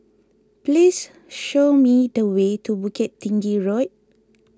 please show me the way to Bukit Tinggi Road